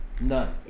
None